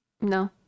No